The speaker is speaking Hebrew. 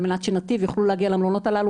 על מנת שנתיב יוכלו להגיע למלונות הללו